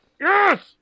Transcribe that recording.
Yes